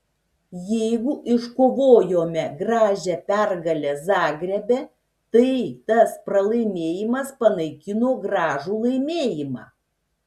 jeigu iškovojome gražią pergalę zagrebe tai tas pralaimėjimas panaikino gražų laimėjimą